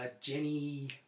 Jenny